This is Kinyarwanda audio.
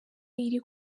iri